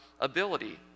ability